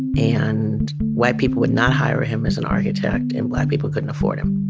and white people would not hire him as an architect, and black people couldn't afford him.